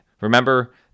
Remember